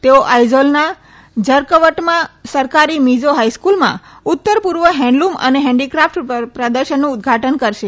તેઓ આઈઝોલના ઝરકવટમાં સરકારી મિઝો હાઈસ્કુલમાં ઉત્તર પુર્વ હેન્ડલૂમ અને હેન્ડીક્રાફટ પ્રદર્શનનું ઉદઘાટન કરશે